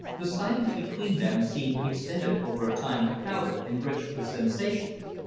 the silence between them seemed extended over a time crowded and rich with sensations.